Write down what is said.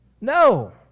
No